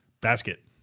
Basket